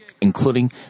including